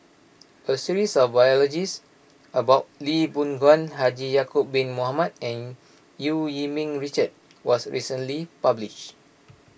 a series of biographies about Lee Boon Ngan Haji Ya'Acob Bin Mohamed and Eu Yee Ming Richard was recently published